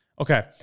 Okay